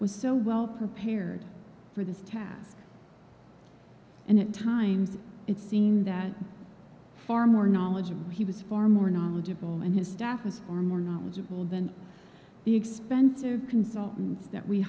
was so well prepared for this task and at times it seemed that far more knowledgeable he was far more knowledgeable and his staffers are more knowledgeable than the expensive consultants that we